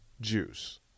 juice